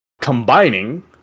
combining